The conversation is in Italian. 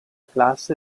classe